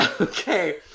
Okay